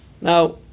now